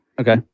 Okay